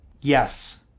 yes